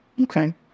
Okay